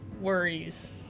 worries